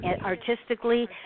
artistically